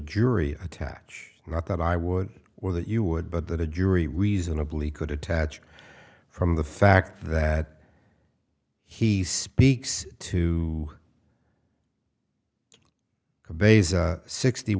jury attach not that i would wear that you would but that a jury reasonably could attach from the fact that he speaks to cabeza sixty